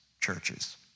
churches